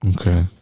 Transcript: okay